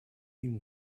him